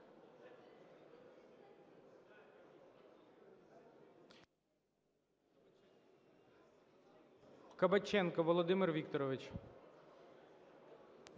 Кабаченко Володимир Вікторович.